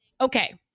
Okay